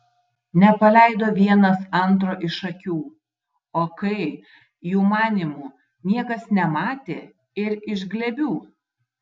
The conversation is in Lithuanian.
nepaleido vienas antro iš akių o kai jų manymu niekas nematė ir iš glėbių